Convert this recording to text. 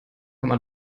komma